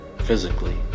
physically